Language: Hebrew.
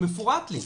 מפורט לי,